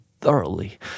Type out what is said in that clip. thoroughly